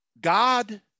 God